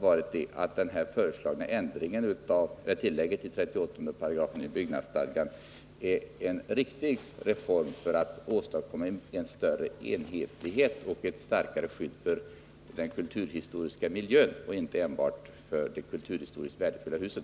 varit att det föreslagna tillägget till 38 § byggnadsstadgan är en riktig reform för att man skall kunna åstadkomma en större enhetlighet och ett starkare skydd för den kulturhistoriska miljön och inte enbart för de kulturhistoriskt värdefulla husen.